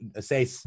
say